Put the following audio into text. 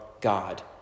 God